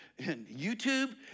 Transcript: YouTube